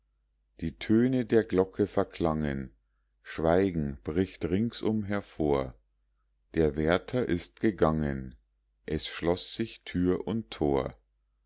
die töne der glocke verklangen schweigen bricht ringsum hervor der wärter ist gegangen es schloß sich tür und tor